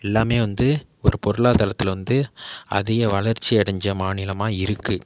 எல்லாமே வந்து ஒரு பொருளாதாரத்தில் வந்து அதிக வளர்ச்சி அடைஞ்ச மாநிலமாக இருக்கு